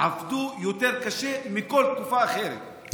הם עבדו יותר קשה מבכל תקופה אחרת.